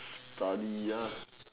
study ya